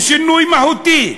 ושינוי מהותי,